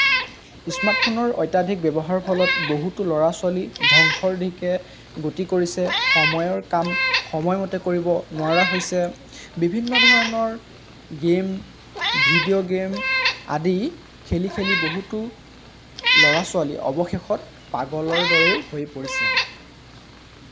স্মাৰ্টফোনৰ অত্যাধিক ব্যৱহাৰৰ ফলত বহুতো ল'ৰা ছোৱালী ধংসৰ দিশে গতি কৰিছে সময়ৰ কাম সময় মতে কৰিব নোৱাৰা হৈছে বিভিন্ন ধৰণৰ গেম ভিডিঅ' গেম আদি খেলি খেলি বহুতো ল'ৰা ছোৱালী অৱশেষত পাগলৰ দৰেও হৈ পৰিছে